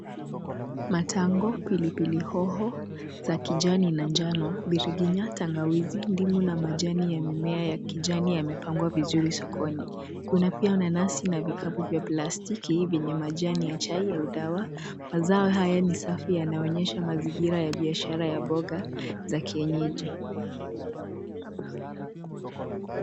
Matango, pilipili hoho za kijani na njano, biriganya, tangawizi, ndimu na majani ya mimea ya kijani yamepangwa vizuri sokoni. Kuna pia nanasi na vikapu vya plastiki vyenye majani ya chai ya udawa. Mazao haya ni safi yanaonyesha mazingira ya biashara ya mboga za kienyeji.